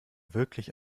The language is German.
wirklich